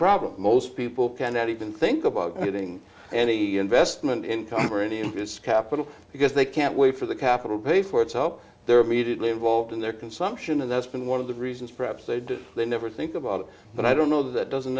problem most people cannot even think about getting any investment income or any of this capital because they can't wait for the capital pay for it's help their immediate live all in their consumption and that's been one of the reasons perhaps they'd never think about it but i don't know that doesn't